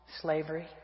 slavery